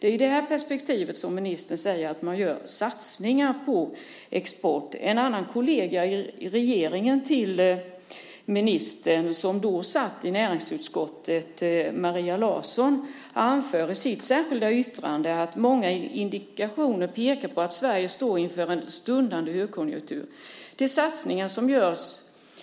Det är i det här perspektivet som ministern säger att man gör satsningar på export. En annan kollega till ministern i regeringen som då satt i näringsutskottet, Maria Larsson, anför följande i sitt särskilda yttrande: "Många indikatorer pekar på att Sverige står inför en stundande högkonjunktur. De satsningar som görs